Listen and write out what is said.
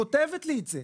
היא כותבת לי את זה.